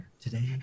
today